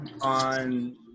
on